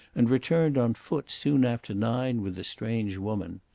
and returned on foot soon after nine with the strange woman.